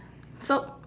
so